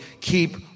Keep